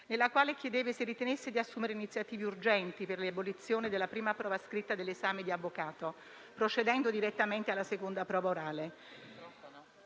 nella quale chiedevo se ritenesse di assumere iniziative urgenti per l'abolizione della prima prova scritta dell'esame di avvocato, procedendo direttamente alla seconda prova orale.